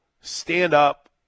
stand-up